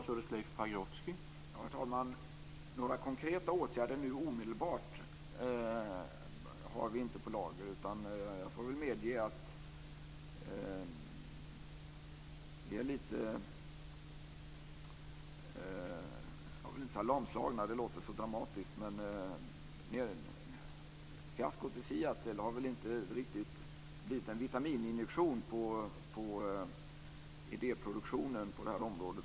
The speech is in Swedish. Herr talman! Vi har inte nu omedelbart några konkreta åtgärder på lager. Jag vill inte säga att vi är lamslagna. Det låter så dramatiskt. Men fiaskot i Seattle har väl inte riktigt blivit en vitamininjektion för idéproduktionen på det här området.